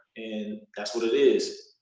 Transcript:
and that's what it is.